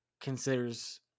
considers